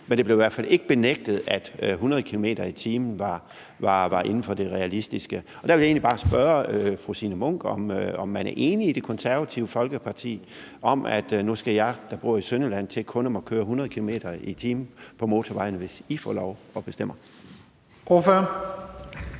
men det blev i hvert fald ikke benægtet, at 100 km/t. var inden for det realistiske. Der vil jeg egentlig bare spørge fru Signe Munk, om man i Det Konservative Folkeparti er enige i, at nu skal jeg, der bor i Sønderjylland, til kun at måtte køre 100 km/t. på motorvejene, hvis I får lov at bestemme. Kl.